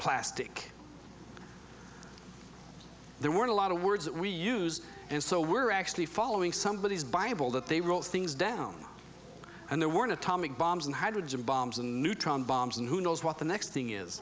plastic there were a lot of words that we use and so we're actually following somebodies bible that they wrote things down and there were an atomic bombs and hydrogen bombs and neutron bombs and who knows what the next thing is